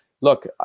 look